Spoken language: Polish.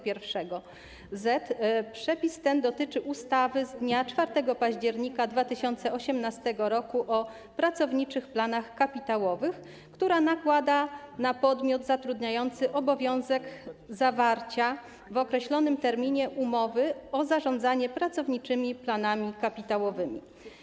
Przepis ten dotyczy ustawy z dnia 4 października 2018 r. o pracowniczych planach kapitałowych, która nakłada na podmiot zatrudniający obowiązek zawarcia w określonym terminie umowy o zarządzanie pracowniczymi planami kapitałowymi.